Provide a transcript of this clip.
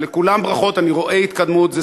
ראיתי.